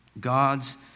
God's